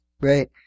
Right